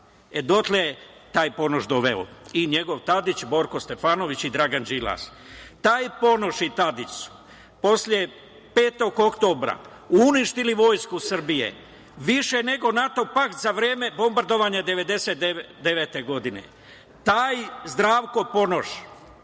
E, dotle je taj Ponoš doveo i njegov Tadić, Borko Stefanović i Dragan Đilas. Taj Ponoš i Tadić su posle 5. oktobra uništili Vojsku Srbije, više nego NATO pakt za vreme bombardovanja 1999. godine. Taj Zdravko Ponoš,